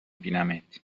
بینمت